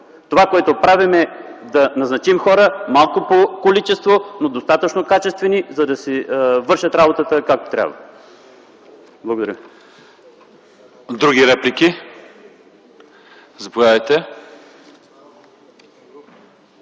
Това, което правим, е да назначим хора – малко по количество, но достатъчно качествени, за да си вършат работата, както трябва. Благодаря. ПРЕДСЕДАТЕЛ ЛЪЧЕЗАР